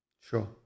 Sure